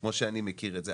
כמו שאני מכיר את זה.